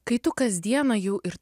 kai tu kasdieną jau ir